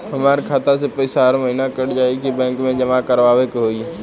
हमार खाता से पैसा हर महीना कट जायी की बैंक मे जमा करवाए के होई?